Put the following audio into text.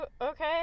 okay